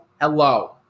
Hello